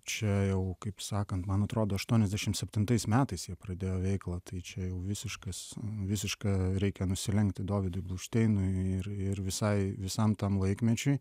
čia jau kaip sakant man atrodo aštuoniasdešimt septintais metais jie pradėjo veiklą tai čia jau visiškas visiška reikia nusilenkti dovydui bluvšteinui ir ir visai visam tam laikmečiui